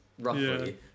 roughly